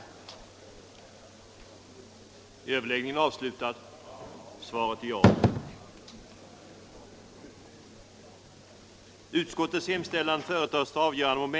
b) som sin mening ge regeringen till känna vad reservanterna anfört.